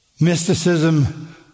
Mysticism